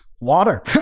water